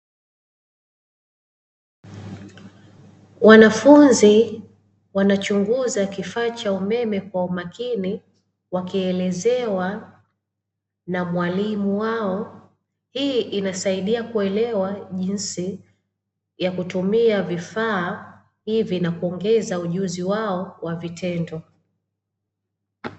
Wanafunzi wanachunguza kifaa cha umeme kwa umakini, wakielezewa na mwalimu wao. Hii inasaidia kuelewa jinsi ya kutumia vifaa hivi na kuongeza ujuzi wao wa vitendo.